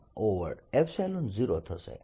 n 0 થશે